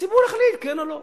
הציבור יחליט כן או לא.